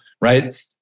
right